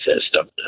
system